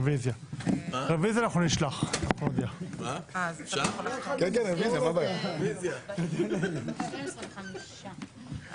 הישיבה ננעלה בשעה 11:25.